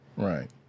Right